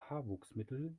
haarwuchsmittel